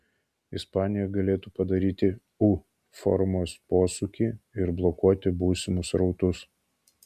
ispanija galėtų padaryti u formos posūkį ir blokuoti būsimus srautus